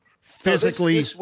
Physically